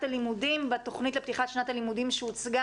הלימודים בתוכנית לפתיחת שנת הלימודים שהוצגה,